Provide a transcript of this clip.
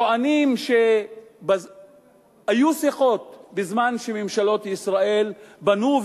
טוענים שהיו שיחות בזמן שממשלות ישראל בנו,